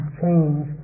change